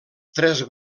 tres